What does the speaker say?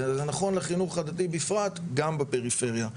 וזה נכון לחינוך הדתי בפרט גם בפריפריה,